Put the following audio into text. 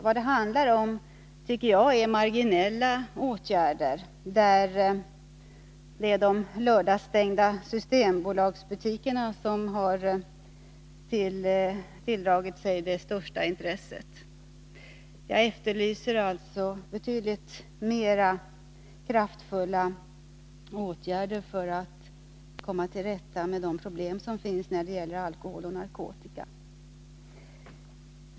Jag tycker att det handlar om marginella åtgärder, där de lördagsstängda systembolagsbutikerna har tilldragit sig det största intresset. Jag efterlyser alltså betydligt kraftfullare åtgärder för att komma till rätta med de problem som finns när det gäller alkohol och narkotika.